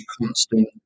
constant